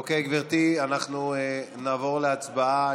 אוקיי, גברתי, אנחנו נעבור להצבעה.